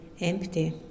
empty